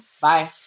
Bye